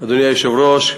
אדוני היושב-ראש,